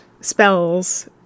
spells